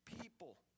people